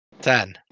Ten